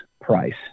price